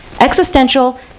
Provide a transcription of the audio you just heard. existential